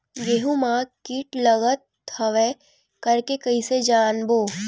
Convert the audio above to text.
गेहूं म कीट लगत हवय करके कइसे जानबो?